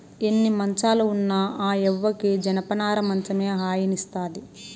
ఎన్ని మంచాలు ఉన్న ఆ యవ్వకి జనపనార మంచమే హాయినిస్తాది